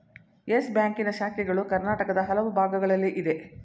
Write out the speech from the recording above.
Yes ಬ್ಯಾಂಕಿನ ಶಾಖೆಗಳು ಕರ್ನಾಟಕದ ಹಲವು ಭಾಗಗಳಲ್ಲಿ ಇದೆ